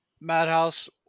Madhouse